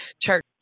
church